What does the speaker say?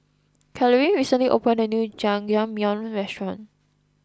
Carolynn recently opened a new Jajangmyeon restaurant